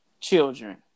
children